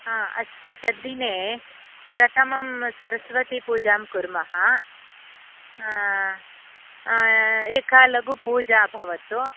हा अस्तु तद्दिने प्रथमं सरस्वतीपूजां कुर्मः एका लघु पूजा अ भवतु